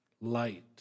light